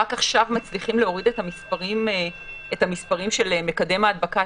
רק עכשיו מצליחים להוריד את המספרים של מקדם ההדבקה,